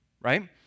right